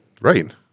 Right